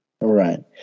Right